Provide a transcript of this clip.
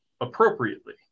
appropriately